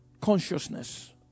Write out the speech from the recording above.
consciousness